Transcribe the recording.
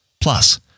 Plus